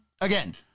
again